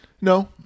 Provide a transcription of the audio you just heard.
No